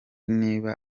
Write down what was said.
niba